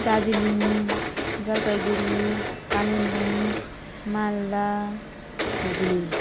Darjeeling Jalpaiguri Kalimpong Malda Hooghly